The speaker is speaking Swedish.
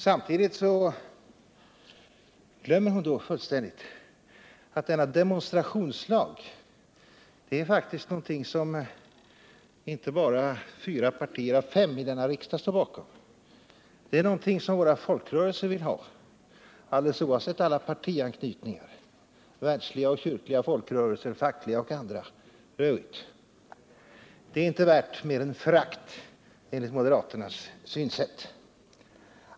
Samtidigt glömmer Ingrid Sundberg fullständigt att denna ”demonstrationslag” faktiskt är någonting som inte bara fyra partier av fem i denna riksdag står bakom. Den är något som våra folkrörelser vill ha, oavsett partianknytning och oavsett om det rör sig om världsliga, kyrkliga, fackliga eller andra rörelser. Det är inte värt mer än förakt, enligt moderaternas synsätt.